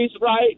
right